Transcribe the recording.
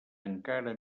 encara